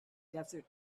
desert